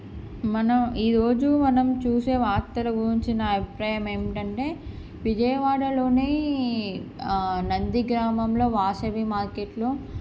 మనం ఈరోజు మనం చూసే వార్తల గురించి నా అభిప్రాయం ఏంటి అంటే విజయవాడలోని నంది గ్రామంలో వాసవి మార్కెట్లో